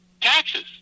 taxes